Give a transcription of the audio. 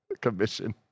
Commission